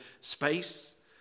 space